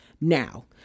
now